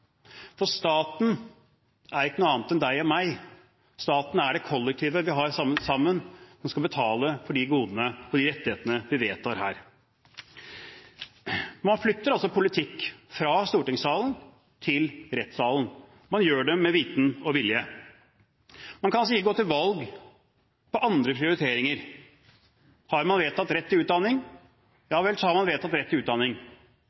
det. Staten er ikke noe annet enn deg og meg, staten er det kollektive vi har sammen, som skal betale for de godene og de rettighetene vi vedtar her. Man flytter altså politikk fra stortingssalen til rettssalen. Man gjør det med vitende og vilje. Man kan altså ikke gå til valg på andre prioriteringer. Har man vedtatt rett til utdanning – ja vel, så har man vedtatt rett til utdanning.